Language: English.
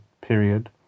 period